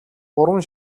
гурван